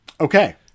okay